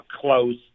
close